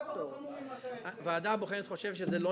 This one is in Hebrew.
הכשלים שם הרבה פחות חמורים מאשר אצל --- הוועדה הבוחנת חושבת שזה לא